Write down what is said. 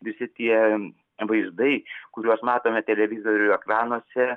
visi tie vaizdai kuriuos matome televizorių ekranuose